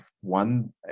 one